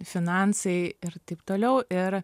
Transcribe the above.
finansai ir taip toliau ir